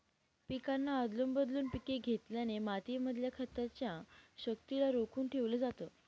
पिकांना आदलून बदलून पिक घेतल्याने माती मधल्या खताच्या शक्तिला रोखून ठेवलं जातं